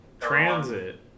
Transit